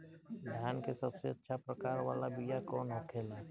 धान के सबसे अच्छा प्रकार वाला बीया कौन होखेला?